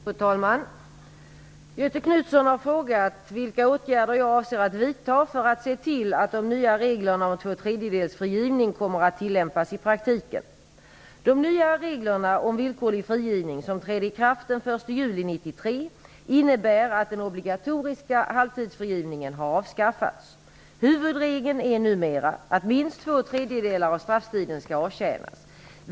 Fru talman! Göthe Knutson har frågat vilka åtgärder jag avser att vidta för att se till att de nya reglerna om två tredjedelsfrigivning kommer att tillämpas i praktiken. De nya reglerna om villkorlig frigivning, som trädde i kraft den 1 juli 1993, innebär att den obligatoriska halvtidsfrigivningen har avskaffats. Huvudregeln är numera att minst två tredjedelar av strafftiden skall avtjänas.